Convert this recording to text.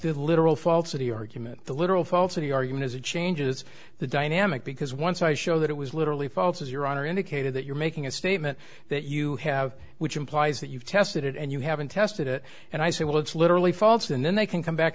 the literal falsity argument the literal falsity argument is it changes the dynamic because once i show that it was literally false as your honor indicated that you're making a statement that you have which implies that you've tested it and you haven't tested it and i say well it's literally false and then they can come back